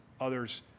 others